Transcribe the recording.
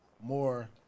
more